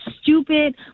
stupid